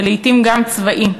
ולעתים גם צבאי,